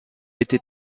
été